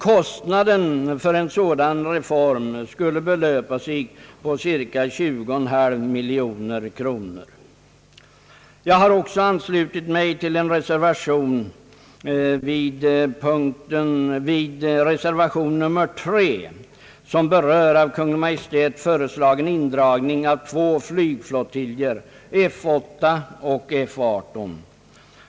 Kostnaden för en sådan reform skulle belöpa sig till cirka 20,5 miljoner kronor. Jag har också anslutit mig till reservationen, som berör av Kungl. Maj:t föreslagen indragning av två flygflottiljer — F 8 och F 18.